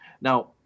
Now